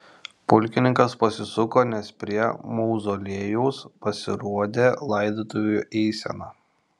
pulkininkas pasisuko nes prie mauzoliejaus pasirodė laidotuvių eisena